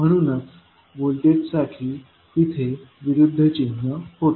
म्हणूनच व्होल्टेजसाठी तिथे विरुद्ध चिन्ह होते